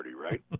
right